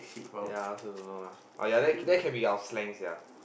ya I also don't know why oh ya that that can be our slang sia